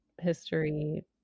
history